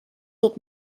ropt